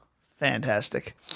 fantastic